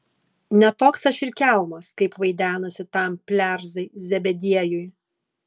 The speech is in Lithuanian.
ne toks aš ir kelmas kaip vaidenasi tam plerzai zebediejui